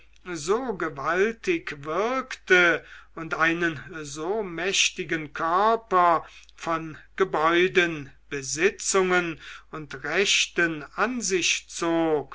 so gewaltig wirkte und einen so mächtigen körper von gebäuden besitzungen und rechten an sich zog